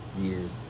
Years